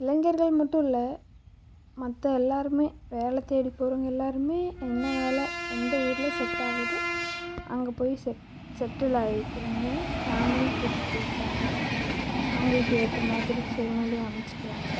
இளைஞர்கள் மட்டும் இல்லை மற்ற எல்லோருமே வேலை தேடி போகிறவங்க எல்லோருமே என்ன வேலை எந்த ஊரில் செட் ஆகுதோ அங்கே போய் செட் செட்டில் ஆகிக்கிறாங்க ஃபேமிலியும் கூட்டிட்டு போய்க்கிறாங்க அவங்களுக்கு ஏற்ற மாதிரி சூல்நிலைய அமைச்சிக்கிறாங்க